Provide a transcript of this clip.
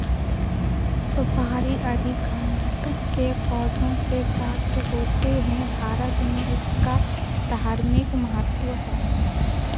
सुपारी अरीकानट के पौधों से प्राप्त होते हैं भारत में इसका धार्मिक महत्व है